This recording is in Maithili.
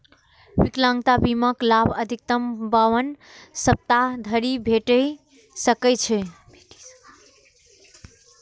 विकलांगता बीमाक लाभ अधिकतम बावन सप्ताह धरि भेटि सकै छै